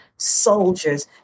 soldiers